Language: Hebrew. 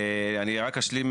אני רק אשלים,